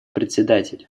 председатель